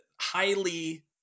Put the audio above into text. highly